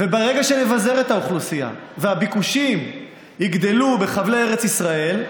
ברגע שנבזר את האוכלוסייה והביקושים יגדלו בחבלי ארץ ישראל,